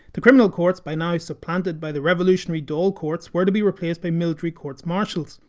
the criminal courts, by now supplanted by the revolutionary dail courts, were to be replaced by military courts martial.